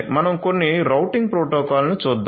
మనం కొన్ని రౌటింగ్ ప్రోటోకాల్ను చూద్దాం